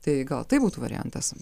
tai gal tai būtų variantas